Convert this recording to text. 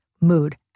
mood